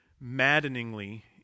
maddeningly